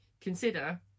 consider